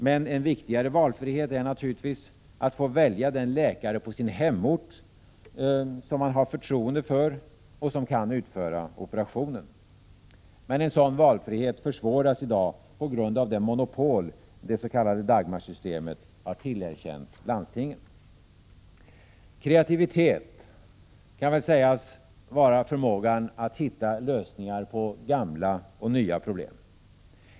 Men en viktigare valfrihet är naturligtvis att få välja den läkare på sin hemort som man har förtroende för och som kan utföra operationen. En sådan valfrihet försvåras i dag på grund av de monopol det s.k. Dagmarsystemet har tillerkänt landstingen. Kreativitet kan väl sägas vara förmågan att hitta lösningar på gamla och nya problem.